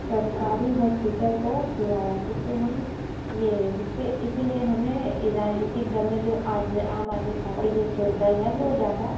सरकारी हॉस्पिटल को खुलवाया जिससे हम यह जिससे इसीलिए हमें राजनीतिक दल में जो आम आदमी पार्टी जो दल है वो ज़्यादा